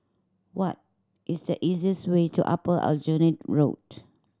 what is the easiest way to Upper Aljunied Road